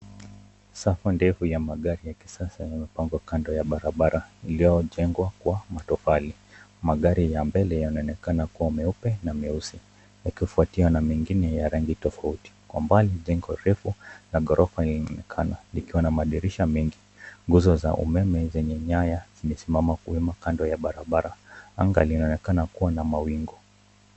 Safa refu ya magari ya kisasa yamepangwa kando ya barabara iliyojengwa kwa matofali. Magari ya mbele yanaonekana kuwa meupe na meusi yakifuafiwa na mengine ya rangi tofauti. Kwa mbali jengo kubwa la ghorofa inaonekana ikiwa na madirisha mengi. Nguzo za umeme zenye nyanya ya stima zimesimama kando ya barabara anga linaonekana kuwa na mawingu.